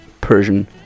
Persian